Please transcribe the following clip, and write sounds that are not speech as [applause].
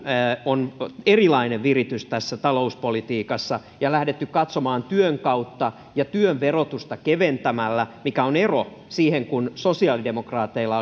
on erilainen viritys tässä talouspolitiikassa ja on lähdetty katsomaan työn kautta ja työn verotusta keventämällä mikä on ero siihen kun sosiaalidemokraateilla [unintelligible]